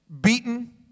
beaten